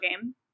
game